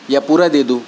یا پورا دے دوں